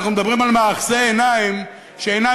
אנחנו מדברים על מאחזי עיניים שאינם